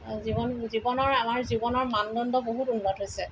জীৱন জীৱনৰ আমাৰ জীৱনৰ মানদণ্ড বহুত উন্নত হৈছে